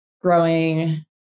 growing